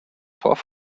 torf